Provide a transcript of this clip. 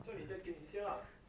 叫你 dad 给你一些 lah